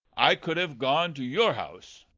i could have gone to your house.